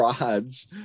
rods